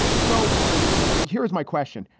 so here's my question.